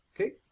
Okay